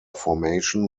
formation